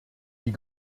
die